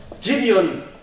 Gideon